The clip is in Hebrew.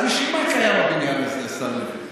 אז בשביל מה קיים הבניין הזה, השר לוין?